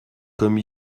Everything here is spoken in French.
comme